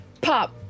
Pop